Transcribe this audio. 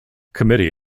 committee